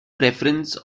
preference